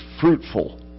fruitful